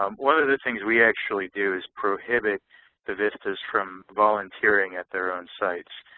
um one of the things we actually do is prohibit the vistas from volunteering at their own sites.